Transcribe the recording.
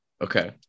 Okay